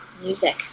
music